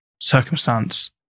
circumstance